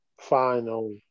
final